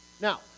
Now